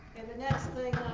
and the next thing